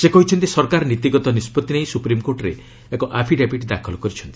ସେ କହିଛନ୍ତି ସରକାର ନୀତିଗତ ନିଷ୍ପଭି ନେଇ ସୁପ୍ରିମ୍କୋର୍ଟରେ ଏକ ଆଫିଡାବିଟ୍ ଦାଖଲ କରିଛନ୍ତି